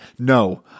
No